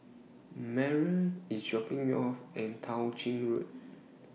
Meryl IS dropping Me off At Tao Ching Road